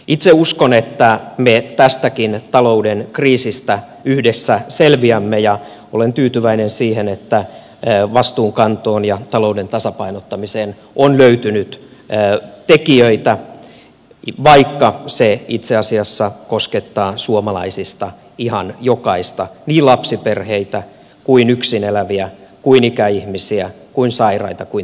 itse uskon että me tästäkin talouden kriisistä yhdessä selviämme ja olen tyytyväinen siihen että vastuunkantoon ja talouden tasapainottamiseen on löytynyt tekijöitä vaikka se itse asiassa koskettaa suomalaisista ihan jokaista niin lapsiperheitä kuin yksin eläviä kuin ikäihmisiä kuin sairaita kuin terveitäkin